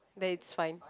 then it's fine